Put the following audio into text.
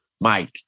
Mike